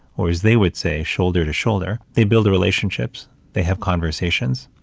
or as they would say shoulder to shoulder, they build relationships, they have conversations,